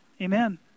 Amen